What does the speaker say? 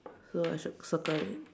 so I should circle it